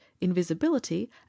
invisibility